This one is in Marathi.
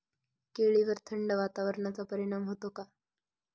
केळीवर थंड वातावरणाचा परिणाम होतो का?